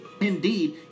Indeed